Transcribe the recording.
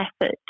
effort